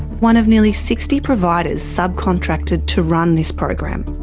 one of nearly sixty providers subcontracted to run this program.